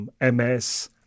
MS